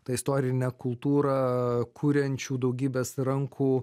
ta istorinę kultūrą kuriančių daugybės rankų